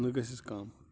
نَہ گَژھیٚس کَم